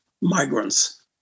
migrants